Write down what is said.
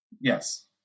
Yes